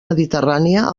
mediterrània